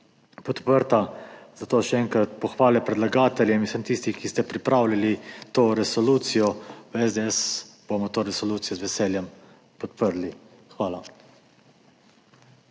podprta. Zato še enkrat pohvale predlagateljem in vsem tistim, ki ste pripravljali to resolucijo, v SDS bomo to resolucijo z veseljem podprli. Hvala.